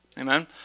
Amen